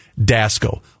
Dasco